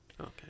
Okay